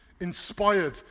inspired